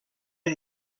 ear